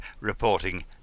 reporting